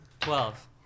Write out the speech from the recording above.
Twelve